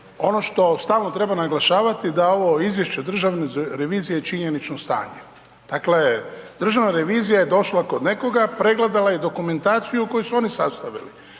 ono što stalno treba naglašavati da ovo izvješće Državne revizije je činjenično stanje. Dakle, Državna revizija je došla kod nekoga, pregledala je dokumentaciju koju su oni sastavili,